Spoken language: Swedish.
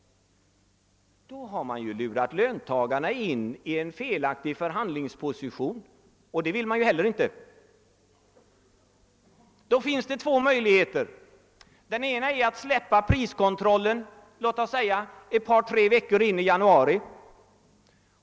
Då skulle man ha lurat löntagarna in i en felaktig förhandlingsposition, och det vill man ju inte heller göra. Det finns då två möjligheter. Den ena är att släppa priskontrollen låt oss säga ett par tre veckor in i januari.